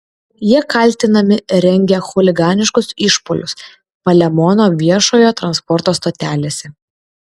jie kaltinami rengę chuliganiškus išpuolius palemono viešojo transporto stotelėse